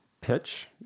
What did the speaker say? pitch